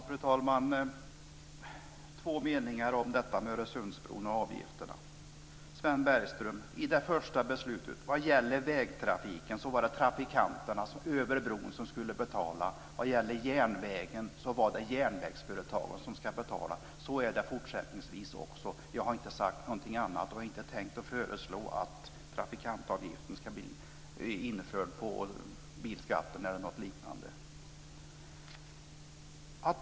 Fru talman! Två kommentarer till Öresundsbron och avgifterna. Sven Bergström! Enligt det första beslutet om vägtrafiken var det vägtrafikanterna över bron som skulle betala. Vad gäller järnvägen var det järnvägsföretagen som skulle betala. Så är det också fortsättningsvis. Jag har inte sagt någonting annat, och jag har inte tänkt föreslå att trafikantavgiften ska läggas på bilskatten eller något liknande.